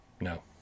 No